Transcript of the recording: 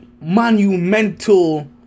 monumental